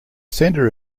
centre